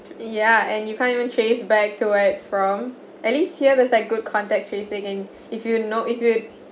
yeah and you can't even trace back to where its from at least here there's like good contact tracing and if you know if you